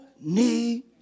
need